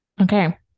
okay